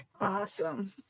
Awesome